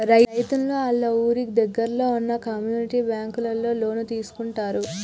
రైతున్నలు ఆళ్ళ ఊరి దగ్గరలో వున్న కమ్యూనిటీ బ్యాంకులలో లోన్లు తీసుకుంటారు